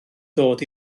dod